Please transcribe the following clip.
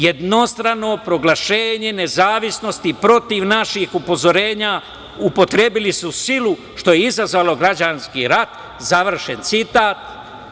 Jednostrano proglašenje nezavisnosti protiv naših upozorenja, upotrebili su silu, što je izazvalo građanski rat.“ Završen citat.